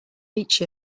reach